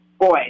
boy